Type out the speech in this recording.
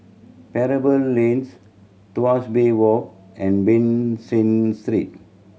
Pebble Lanes Tuas Bay Walk and Ban San Street